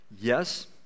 yes